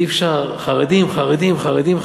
אי-אפשר, חרדים, חרדים.